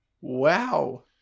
Wow